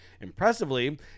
Impressively